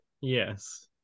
Yes